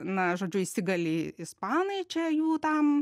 na žodžiu įsigalėji ispanai čia jų tam